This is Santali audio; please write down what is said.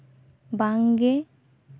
ᱵᱟᱝᱜᱮ